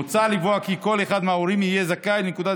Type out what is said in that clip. מוצע לקבוע כי כל אחד מההורים יהיה זכאי לנקודת